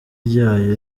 ryayo